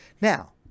Now